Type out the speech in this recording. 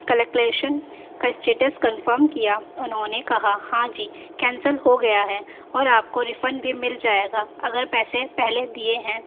collection کا status confirm کیا انہوں نے کہا ہاں جی کینسل ہو گیا ہے اور آپ کو ریفنڈ بھی مل جائے گا اگر پیسے پہلے دیے ہیں